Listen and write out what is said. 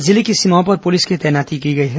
जिले की सीमाओं पर पुलिस की तैनाती की गई है